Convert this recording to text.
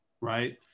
right